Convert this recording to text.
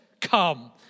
come